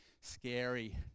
scary